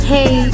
Hey